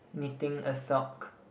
knitting a sock